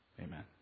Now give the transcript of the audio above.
Amen